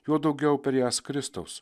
juo daugiau per jas kristaus